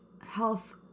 health